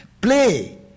play